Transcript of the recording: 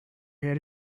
had